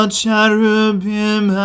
cherubim